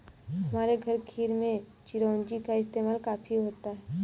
हमारे घर खीर में चिरौंजी का इस्तेमाल काफी होता है